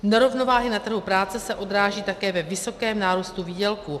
Nerovnováhy na trhu práce se odráží také ve vysokém nárůstu výdělků.